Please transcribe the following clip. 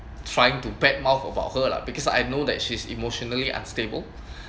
trying to bad mouth about her lah because I know that she's emotionally unstable